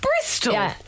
Bristol